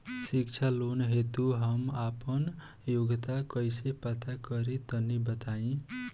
शिक्षा लोन हेतु हम आपन योग्यता कइसे पता करि तनि बताई?